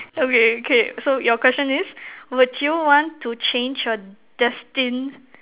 okay okay so your question is would you want to change your destined